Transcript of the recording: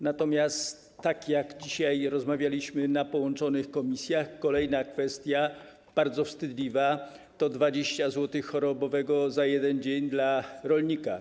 Natomiast tak jak dzisiaj rozmawialiśmy na posiedzeniu połączonych komisji, kolejna kwestia, bardzo wstydliwa, to 20 zł chorobowego za 1 dzień dla rolnika.